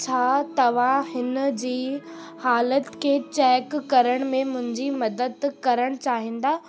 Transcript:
छा तव्हां हिनजी हालत खे चैक करण में मुंहिंजी मदद करण चाहींदा